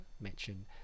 mention